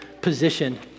position